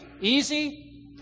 Easy